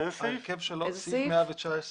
ההרכב שלו --- באיזה סעיף?